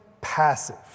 passive